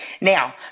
Now